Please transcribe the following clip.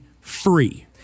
free